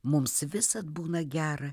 mums visad būna gera